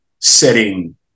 setting